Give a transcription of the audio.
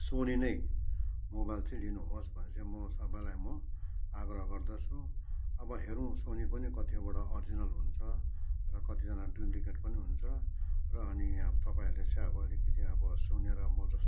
Sony नै mobile चाहिँ लिनुहोस् भनेर चाहिँ म सबैलाई म आग्रह गर्दछु अब हेरौँ सोनी पनि कतिवटा अरिजिनल हुन्छ र कतिजना डुप्लिकेट पनि हुन्छ र अनि अब तपाईँहरूले चाहिँ अलिकति अब सुनेर म जस्तो अब